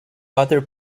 other